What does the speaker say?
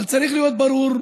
אבל צריך להיות ברור,